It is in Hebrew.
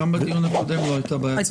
גם בדיון הקודם לא הייתה בעיית סמכות.